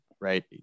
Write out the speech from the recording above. right